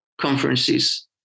Conferences